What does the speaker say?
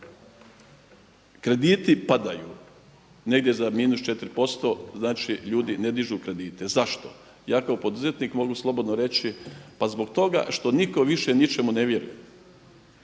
krediti padaju negdje za -4%, znači ljudi ne dižu kredite. Zašto? Ja kao poduzetnik mogu slobodno reći pa zbog toga što nitko više ničemu ne vjeruje.